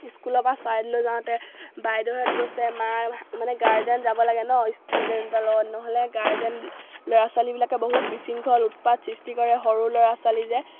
স্কুলৰ পৰা চৰাইদেউলৈ যাওঁতে বাইদেউহেঁত গৈছে মাৰ মানে গাৰ্জেন যাব লাগে নহ্ ষ্টুডেণ্টৰ লগত নহ'লে গাৰ্জেন ল'ৰা ছোৱালীবিলাকে বহুত বিশৃংখল উৎপাত সৃষ্টি কৰে সৰু ল'ৰা ছোৱালী যে